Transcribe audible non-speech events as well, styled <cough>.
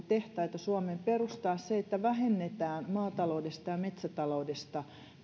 <unintelligible> tehtaita suomeen perustaa se että vähennetään maataloudesta ja metsätaloudesta